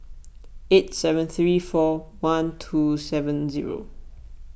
eight seven three four one two seven zero